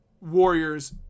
Warriors